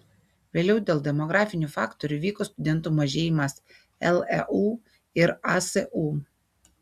vėliau dėl demografinių faktorių vyko studentų mažėjimas leu ir asu